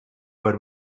but